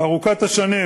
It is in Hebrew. ארוכת השנים,